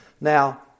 now